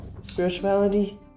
spirituality